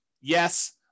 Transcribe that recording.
Yes